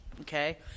Okay